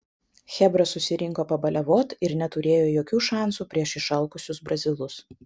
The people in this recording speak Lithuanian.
chebra susirinko pabaliavot ir neturėjo jokių šansų prieš išalkusius brazilus